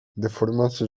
deformacje